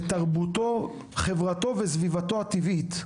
את תרבותו, חברתו וסביבתו הטבעית.